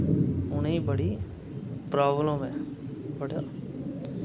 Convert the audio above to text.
उ'नें ई बड़ी प्राब्लम ऐ बड़ा